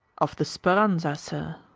of the speranza, sir.